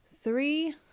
three